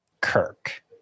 Kirk